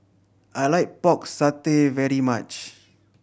I like Pork Satay very much